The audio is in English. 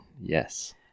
Yes